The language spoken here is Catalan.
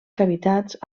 cavitats